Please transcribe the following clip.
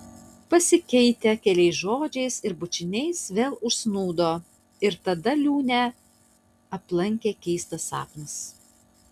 pasikeitę keliais žodžiais ir bučiniais vėl užsnūdo ir tada liūnę aplankė keistas sapnas